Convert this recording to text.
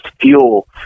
fuel